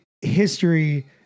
history